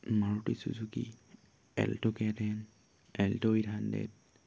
Maruti Suzuki alto K ten alto eight hundred